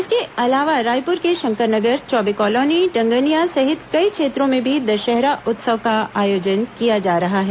इसके अलावा रायपुर के शंकर नगर चौबे कॉलोनी डंगनिया सहित कई क्षेत्रों में भी दशहरा उत्सव का आयोजन किया जा रहा है